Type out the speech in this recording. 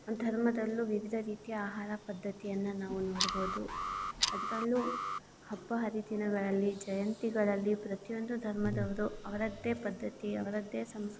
ಧರ್ಮದಲ್ಲೂ ವಿವಿಧ ರೀತಿಯ ಆಹಾರ ಪದ್ದತಿಯನ್ನು ನಾವು ನೋಡ್ಬೌದು ಅದರಲ್ಲೂ ಹಬ್ಬ ಹರಿದಿನಗಳಲ್ಲಿ ಜಯಂತಿಗಳಲ್ಲಿ ಪ್ರತಿಯೊಂದು ಧರ್ಮದವರು ಅವರದ್ದೇ ಪದ್ಧತಿ ಅವರದ್ದೇ ಸಂಸ್